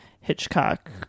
Hitchcock